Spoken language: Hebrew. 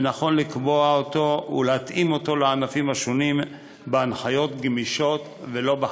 ונכון לקבוע זאת ולהתאים זאת לענפים השונים בהנחיות גמישות ולא בחקיקה.